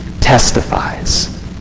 testifies